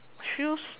shoes